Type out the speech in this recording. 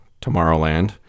Tomorrowland